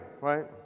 right